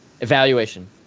evaluation